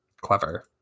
Clever